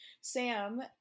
Sam